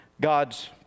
God's